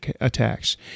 attacks